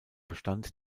bestand